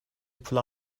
pull